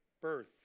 birth